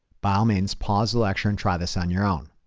by all means, pause the lecture and try this on your own.